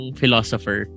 philosopher